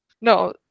No